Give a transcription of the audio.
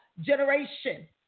generation